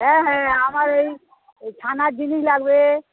হ্যাঁ হ্যাঁ আমার এই এই ছানার জিনিস লাগবে